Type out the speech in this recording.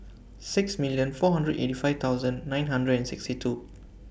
sixty million four hundred eighty five thousand nine hundred and sixty two